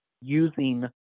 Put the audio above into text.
using